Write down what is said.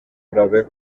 murabeho